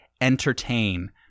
entertain